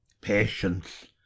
Patience